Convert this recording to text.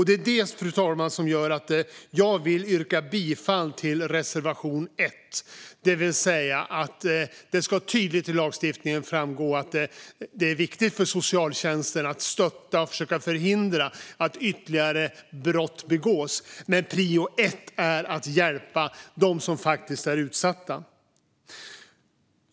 Det är det, fru talman, som gör att jag vill yrka bifall till reservation 1, som handlar om att det i lagstiftningen tydligt ska framgå att det är viktigt för socialtjänsten att stötta och försöka förhindra att ytterligare brott begås men att prio ett är att hjälpa dem som är utsatta.